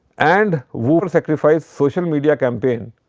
and whopper sacrifice social media campaign